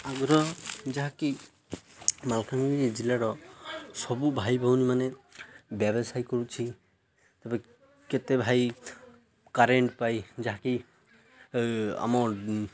ଆମର ଯାହା କି ମାଲକାନଗିରି ଜିଲ୍ଲାର ସବୁ ଭାଇ ଭଉଣୀମାନେ ବ୍ୟବସାୟ କରୁଛି ତା'ପରେ କେତେ ଭାଇ କରେଣ୍ଟ ପାଇଁ ଯାହା କି ଆମ